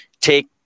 take